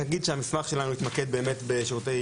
אני אגיד שהמסמך שלנו התמקד באמת בשירותים